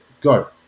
go